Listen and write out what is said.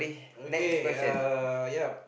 okay uh yup